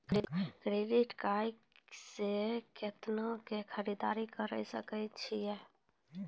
Credit card से कितना के खरीददारी करे सकय छियै?